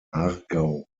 aargau